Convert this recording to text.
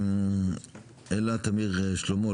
אלה תמיר שלמה,